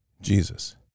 Jesus